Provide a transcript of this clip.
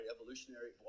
Evolutionary